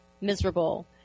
miserable